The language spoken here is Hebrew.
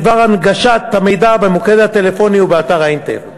בדבר הנגשת המידע במוקד הטלפוני ובאתר האינטרנט.